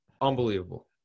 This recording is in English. unbelievable